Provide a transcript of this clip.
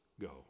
go